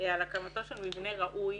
על הקמתו של מבנה ראוי.